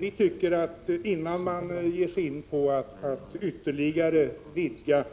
Vi tycker att man, innan man ytterligare vidgar